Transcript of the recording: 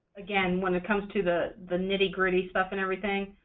again, when it comes to the the nitty-gritty stuff and everything,